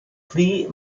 pli